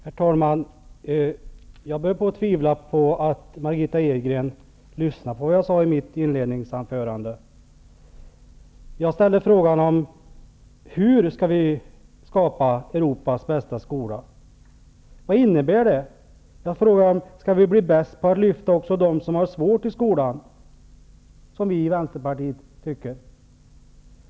Herr talman! Jag börjar att tvivla på att Margitta Edgren lyssnade på vad jag sade i mitt inledningsanförande. Jag ställde frågan: Hur skall vi skapa Europas bästa skola? Vad innebär det? Skall vi bli bäst på att lyfta också dem som har svårt i skolan, som vi i vänsterpartiet tycker?